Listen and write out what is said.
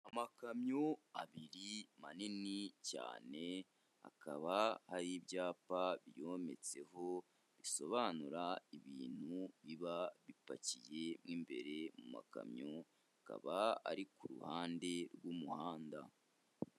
Amakamyo abiri manini cyane, akaba hari ibyapa biyometseho, bisobanura ibintu biba bipakiye mo imbere mu makamyo, akaba ari ku ruhande rw'umuhanda.